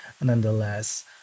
Nonetheless